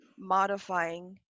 Modifying